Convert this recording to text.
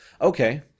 Okay